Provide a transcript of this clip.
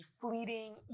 fleeting